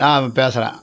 நான் பேசுறேன்